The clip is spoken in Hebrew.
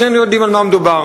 שנינו יודעים על מה מדובר.